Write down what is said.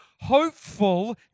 hopeful